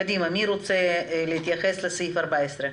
קדימה, מי רוצה להתייחס לתקנה 14?